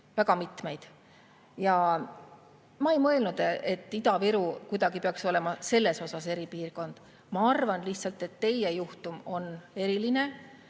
väga mitmeid. Ma ei mõelnud, et Ida-Viru peaks olema kuidagi selles osas eripiirkond. Ma arvan lihtsalt, et teie juhtum on eriline